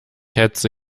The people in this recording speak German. hetze